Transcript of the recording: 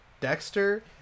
Dexter